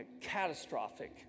catastrophic